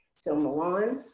so, milan.